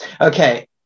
Okay